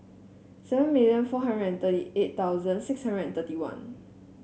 seven million four hundred and thirty eight thousand six hundred and thirty one